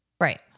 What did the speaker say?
Right